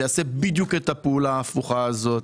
זה יעשה בדיוק את הפעולה ההפוכה הזאת.